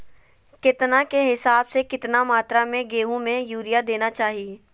केतना के हिसाब से, कितना मात्रा में गेहूं में यूरिया देना चाही?